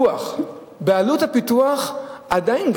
בעלות הפיתוח עדיין,